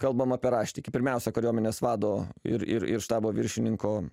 kalbam apie raštikį pirmiausia kariuomenės vado ir ir ir štabo viršininko